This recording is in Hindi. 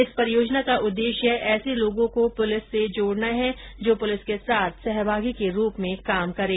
इस परियोजना का उद्रेश्य ऐसे लोगों को पुलिस से जोडना है जो पुलिस के साथ सहभागी के रूप में काम करे